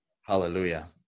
Hallelujah